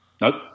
Nope